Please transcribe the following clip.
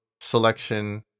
selection